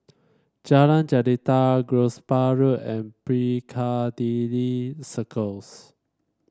Jalan Jelita Gosport Road and Piccadilly Circus